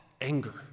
anger